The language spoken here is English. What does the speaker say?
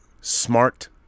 smart